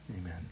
Amen